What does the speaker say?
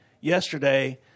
yesterday